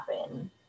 happen